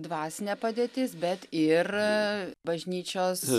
dvasinė padėtis bet ir bažnyčios